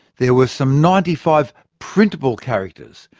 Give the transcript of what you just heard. there were some ninety five printable characters.